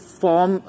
form